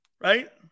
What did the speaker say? right